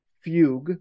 Fugue